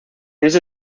ese